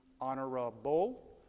honorable